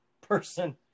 person